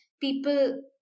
people